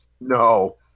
No